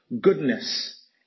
goodness